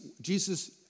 Jesus